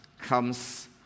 comes